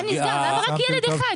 למה רק ילד אחד?